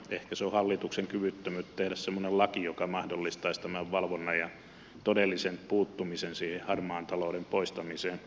ehkä se on hallituksen kyvyttömyyttä tehdä semmoinen laki joka mahdollistaisi tämän valvonnan ja todellisen puuttumisen siihen harmaan talouden poistamiseen